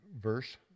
verse